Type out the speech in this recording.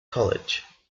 college